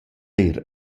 eir